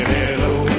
Hello